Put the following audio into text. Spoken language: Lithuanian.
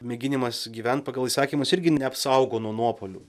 mėginimas gyvent pagal įsakymus irgi neapsaugo nuo nuopuolių